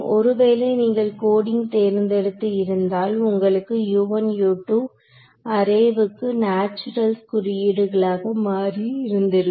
ஒருவேளை நீங்கள் கோடிங் தேர்ந்தெடுத்து இருந்தால் உங்கள் அரேவுக்கு நேச்சுரல் குறியீடுகளாக மாறி இருந்திருக்கும்